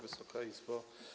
Wysoka Izbo!